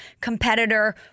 competitor